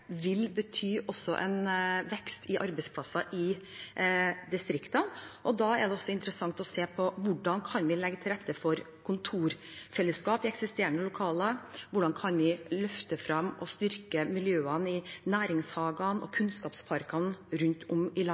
vil bety en vekst i arbeidsplasser i distriktene. Da er det også interessant å se på hvordan vi kan legge til rette for kontorfellesskap i eksisterende lokaler, og hvordan vi kan løfte fram og styrke miljøene i næringshagene og kunnskapsparkene rundt om i